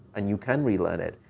and you can relearn it,